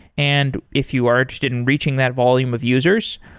and if you are interested in reaching that volume of users,